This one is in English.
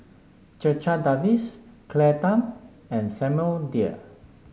Checha Davies Claire Tham and Samuel Dyer